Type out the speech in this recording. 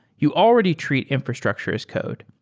you already treat infrastructure as code.